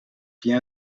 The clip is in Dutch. via